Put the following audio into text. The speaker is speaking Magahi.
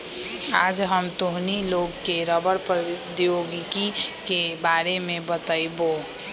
आज हम तोहनी लोग के रबड़ प्रौद्योगिकी के बारे में बतईबो